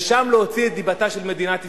ושם להוציא את דיבתה של מדינת ישראל.